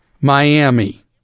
Miami